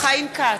(קוראת בשמות חברי הכנסת)